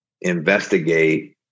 investigate